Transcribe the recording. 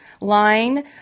line